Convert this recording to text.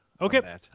Okay